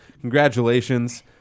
Congratulations